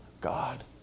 God